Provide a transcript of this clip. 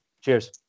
Cheers